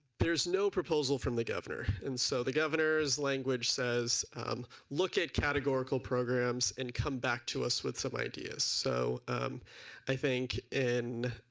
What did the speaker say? there is no proposal from the governor. and so the governor's language says look at gore gor programs and come back to us with so ideas so i think in.